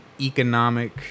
economic